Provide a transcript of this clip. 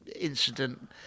incident